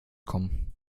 kommen